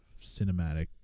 cinematic